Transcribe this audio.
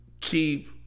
keep